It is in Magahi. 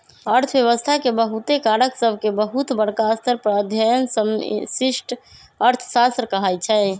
अर्थव्यवस्था के बहुते कारक सभके बहुत बरका स्तर पर अध्ययन समष्टि अर्थशास्त्र कहाइ छै